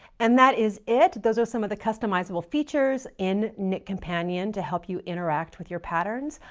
and that is it. those are some of the customizable features in knitcompanion to help you interact with your patterns.